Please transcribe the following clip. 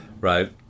right